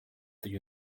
the